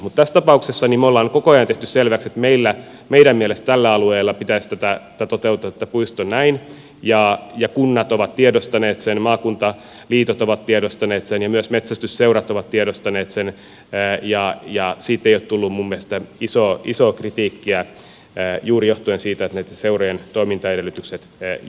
mutta tässä tapauksessa me olemme koko ajan tehneet selväksi että meidän mielestämme tällä alueella pitäisi toteuttaa tämä puisto näin ja kunnat ovat tiedostaneet sen maakuntaliitot ovat tiedostaneet sen ja myös metsästysseurat ovat tiedostaneet sen ja siitä ei ole tullut minun mielestäni isoa kritiikkiä juuri johtuen siitä että näitten seurojen toimintaedellytykset jatkuvat